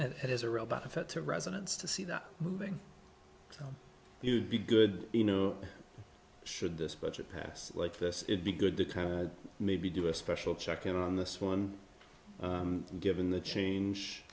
is a real benefit to residents to see that moving you'd be good you know should this budget pass like this it be good to kind of maybe do a special check in on this one given the change